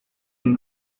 این